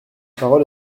parole